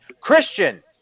christian